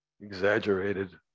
exaggerated